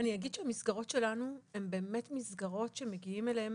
המסגרות שלנו הן מסגרות שמגיעים אליהן